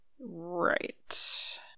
Right